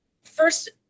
first